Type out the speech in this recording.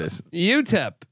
UTEP